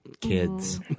kids